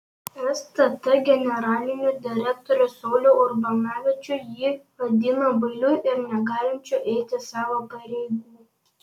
stt generalinį direktorių saulių urbanavičių ji vadina bailiu ir negalinčiu eiti savo pareigų